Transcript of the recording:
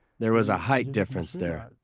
there was a height difference there,